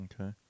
Okay